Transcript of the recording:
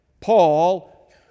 Paul